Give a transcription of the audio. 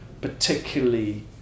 particularly